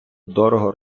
дорого